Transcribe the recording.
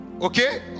Okay